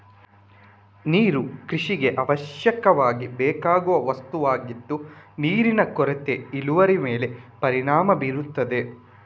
ನೀರು ಕೃಷಿಗೆ ಅವಶ್ಯಕವಾಗಿ ಬೇಕಾಗುವ ವಸ್ತುವಾಗಿದ್ದು ನೀರಿನ ಕೊರತೆ ಇಳುವರಿ ಮೇಲೆ ಪರಿಣಾಮ ಬೀರ್ತದೆ